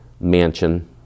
mansion